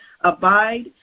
abide